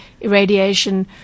irradiation